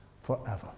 forever